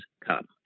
come